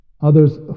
Others